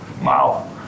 Wow